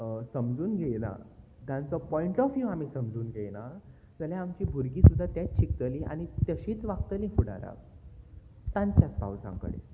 समजून घेयना तांचो पॉयंट ऑफ वीव आमी समजून घेयना जाल्यार आमची भुरगीं सुद्दां तेंच शिकतलीं आनी तशींच वागतलीं फुडाराक तांच्याच स्पावजां कडेन